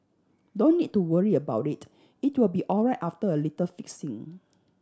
don't need to worry about it it will be alright after a little fixing